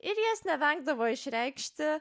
ir jas nevengdavo išreikšti